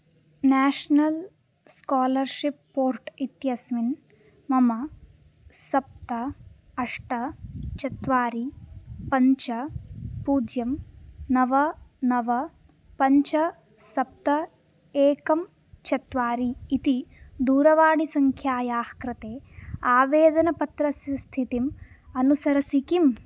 national scholarship portal इत्यस्मिन् मम सप्त अष्ट चत्वारि पञ्च पूज्यं नव नव पञ्च सप्त एकम् चत्वारि इति दूरवाणीसङ्ख्यायाः कृते आवेदनपत्रस्य स्थितिं अनुसरसि किम्